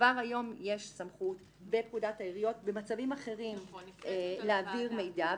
כבר היום יש סמכות בפקודת העיריות במצבים אחרים להעביר מידע,